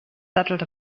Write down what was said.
settled